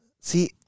See